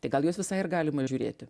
tai gal juos visai ir galima žiūrėti